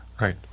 Right